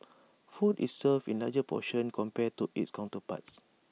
food is served in larger portions compared to its counterparts